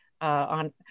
on